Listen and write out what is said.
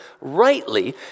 rightly